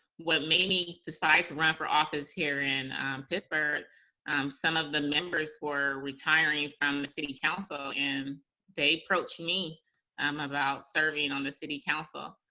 what made me decide to run for office here in pittsburgh some of the members were retiring from the city council, and they approached me um about serving on the city council,